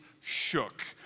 shook